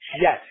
yes